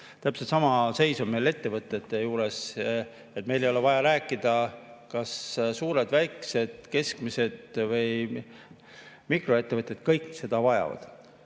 Täpselt sama seis on meil ettevõtete juures. Meil ei ole vaja rääkida, kas suured, väikesed, keskmised või mikroettevõtted – kõik seda vajavad.